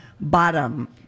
bottom